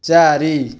ଚାରି